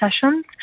sessions